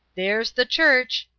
there's the church,